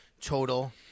total